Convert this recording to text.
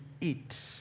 eat